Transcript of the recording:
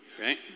Right